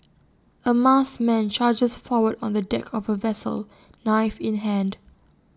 A masked man charges forward on the deck of A vessel knife in hand